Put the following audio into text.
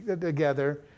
together